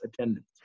attendance